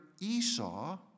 Esau